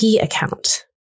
account